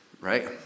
right